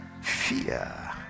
fear